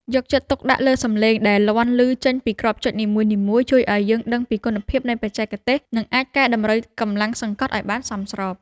យកចិត្តទុកដាក់លើសម្លេងដែលលាន់ឮចេញពីគ្រាប់ចុចនីមួយៗជួយឱ្យយើងដឹងពីគុណភាពនៃបច្ចេកទេស និងអាចកែតម្រូវកម្លាំងសង្កត់ឱ្យបានសមស្រប។